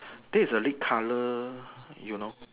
there is a red colour you know